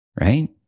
Right